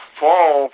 fall